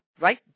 Right